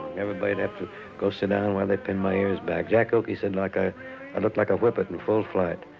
everybody would have to go sit down while they pinned my ears back. jack okey said like i and looked like a whippet in full flight.